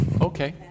okay